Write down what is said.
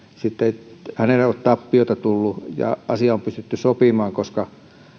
sitten hänelle ei ole tappiota tullut ja asia on pystytty sopimaan